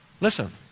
Listen